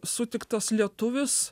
sutiktas lietuvis